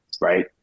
right